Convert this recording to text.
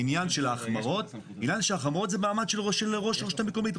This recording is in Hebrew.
עניין של ההחמרות זה מעמד של ראש רשות המקומית.